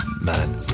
man